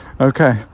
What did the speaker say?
Okay